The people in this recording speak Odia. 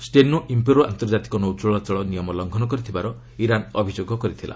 ଷ୍ଟେନା ଇମ୍ପେରୋ ଆନ୍ତର୍ଜାତିକ ନୌଚଳାଚଳ ନିୟମ ଲଙ୍ଘନ କରିଥିବାର ଇରାନ୍ ଅଭିଯୋଗ କରିଥିଲା